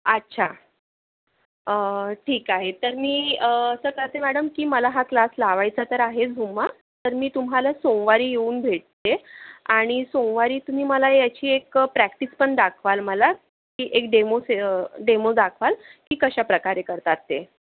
अच्छा ठीक आहे तर मी असं करते मॅडम की मला हा क्लास लावायचा तर आहेच झुम्मा तर मी तुम्हाला सोमवारी येऊन भेटते आणि सोमवारी तुम्ही मला याची एक प्रॅक्टिस पण दाखवाल मला की एक डेमो से डेमो दाखवाल की कशा प्रकारे करतात ते